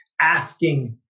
asking